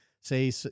say